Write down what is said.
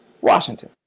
Washington